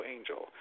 Angel